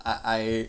I I